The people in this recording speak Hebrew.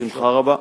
בשמחה רבה.